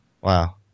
wow